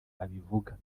abivuga